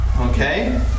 Okay